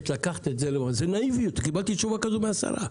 קיבלתי תשובה כזאת מהשרה,